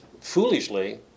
foolishly